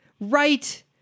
Right